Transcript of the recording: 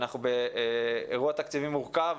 שאנחנו באירוע תקציבי מורכב,